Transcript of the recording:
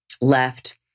left